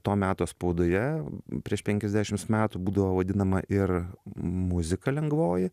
to meto spaudoje prieš penkiasdešims metų būdavo vadinama ir muzika lengvoji